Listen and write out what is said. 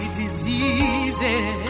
diseases